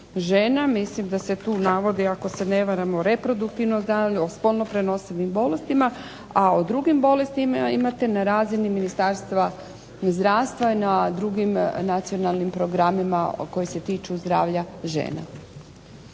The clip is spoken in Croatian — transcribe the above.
Mislim da se tu navodi ako se ne varam o reproduktivnom zdravlju, o spolno prenosivim bolestima, a o drugim bolestima imate na razini Ministarstva zdravstva i na drugim nacionalnim programima koji se tiču zdravlja žena.